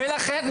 לכן,